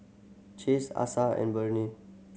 Chase Asa and Burney